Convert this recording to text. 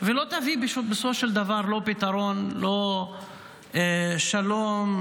ולא תביא בסופו של דבר, לא פתרון ולא שלום.